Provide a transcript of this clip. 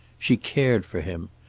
she cared for him.